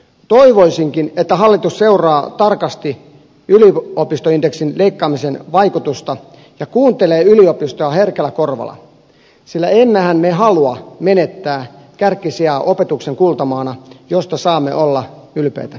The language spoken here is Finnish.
toivoisinkin että hallitus seuraa tarkasti yliopistoindeksin leikkaamisen vaikutusta ja kuuntelee yliopistoa herkällä korvalla sillä emmehän me halua menettää kärkisijaa opetuksen kultamaana josta saamme olla ylpeä